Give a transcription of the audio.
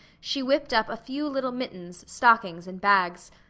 she whipped up a few little mittens, stockings, and bags.